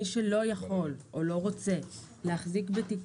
מי שלא יכול או לא רוצה להחזיק בתיק